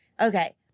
Okay